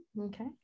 Okay